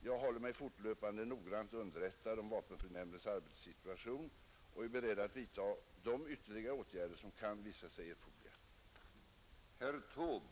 Jag häller mig fortlöpande noggrant underrättad om vapenfrinämndens arbetssituation och är beredd att vidta de ytterligare ätgärder som kan visa sig erforderliga.